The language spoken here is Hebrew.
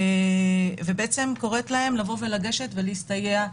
ובעצם קוראת להם לבוא ולגשת ולהסתייע.